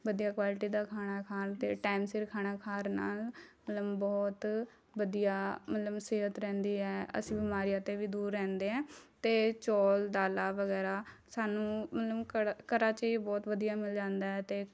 ਵਧੀਆ ਕੁਆਲਿਟੀ ਦਾ ਖਾਣਾ ਖਾਣ 'ਤੇ ਟਾਈਮ ਸਿਰ ਖਾਣਾ ਖਾਣ ਨਾਲ਼ ਮਲਮ ਬਹੁਤ ਵਧੀਆ ਮਲਮ ਸਿਹਤ ਰਹਿੰਦੀ ਹੈ ਅਸੀਂ ਬਿਮਾਰੀਆਂ ਤੋਂ ਵੀ ਦੂਰ ਰਹਿੰਦੇ ਹੈ ਅਤੇ ਚੌਲ ਦਾਲਾਂ ਵਗੈਰਾ ਸਾਨੂੰ ਮਲਮ ਘਰ ਘਰਾਂ 'ਚ ਹੀ ਬਹੁਤ ਵਧੀਆ ਮਿਲ ਜਾਂਦਾ ਅਤੇ